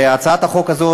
הצעת החוק הזאת,